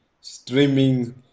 streaming